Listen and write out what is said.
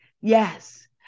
Yes